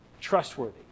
trustworthy